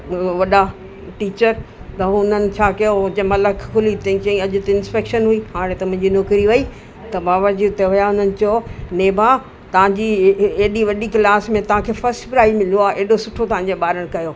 वॾा टीचर त हुननि छा कयूं उहे जंहिं महिल अखि खुली हिते अॼु त इंस्पेक्शन हुई हाणे त मुंहिंजी नौकिरी वेई त बाबा जी उते विया हुननि चयो त नेभा तव्हांजी हेॾी वॾी क्लास में तव्हांखे फ़स्ट प्राइज मिलियो आहे हेॾो सुठो तव्हांजे ॿारनि कयो